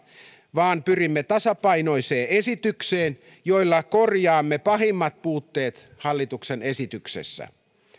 vaan pyrimme tasapainoiseen esitykseen jolla korjaamme pahimmat puutteet hallituksen esityksessä